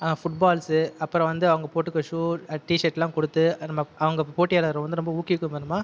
food balls அப்புறம் வந்து அவங்க போட்டுக்க ஷு டீஷர்ட்லாம் கொடுத்து நம்ம அவங்க போட்டியாளரை வந்து ரொம்ப ஊக்குவிக்கும் விதமாக